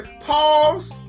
pause